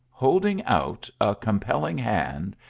holding out a compelling hand,